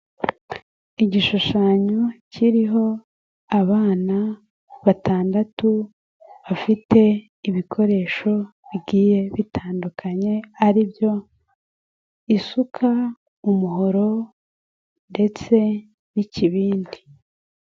Igishushanyo kiriho abana batandatu, bafite ibikoresho bigiye bitandukanye, ari byo isuka, umuhoro ndetse n'ikibindi.